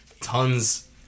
tons